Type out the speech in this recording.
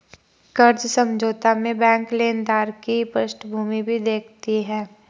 कर्ज समझौता में बैंक लेनदार की पृष्ठभूमि भी देखती है